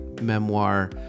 memoir